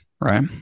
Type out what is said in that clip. right